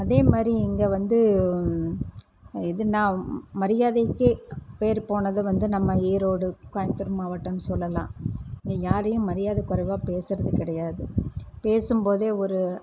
அதேமாதிரி இங்கே வந்து இது நான் மரியாதைக்கே பேர் போனது வந்து நம்ம ஈரோடு கோய்ம்பத்தூர் மாவட்டம் சொல்லலாம் இங்கே யாரையும் மரியாதை குறைவா பேசுகிறது கிடையாது பேசும்போதே ஒரு